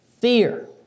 fear